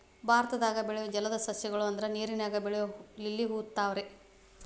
ಭಾರತದಾಗ ಬೆಳಿಯು ಜಲದ ಸಸ್ಯ ಗಳು ಅಂದ್ರ ನೇರಿನಾಗ ಬೆಳಿಯು ಲಿಲ್ಲಿ ಹೂ, ತಾವರೆ